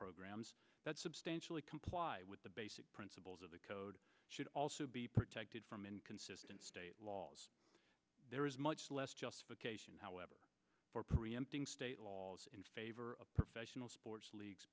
programs that substantially comply with the basic principles of the code should also be protected from inconsistent state laws there is much less justification however for preempting state laws in favor of professional sports leagues